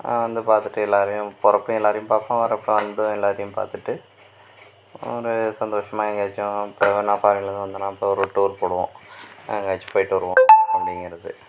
நான் வந்து பார்த்துட்டு எல்லோரையும் போறப்பயும் எல்லோரையும் பார்ப்பேன் வரப்போ வந்ததும் எல்லோரையும் பார்த்துட்டு ஒரு சந்தோஷமாக எங்கேயாச்சும் போவேன் நான் ஃபாரின்லேருந்து வந்தேன்னா அப்போ ஒரு டூர் போடுவோம் எங்கேயாச்சும் போய்ட்டு வருவோம் அப்படிங்கிறது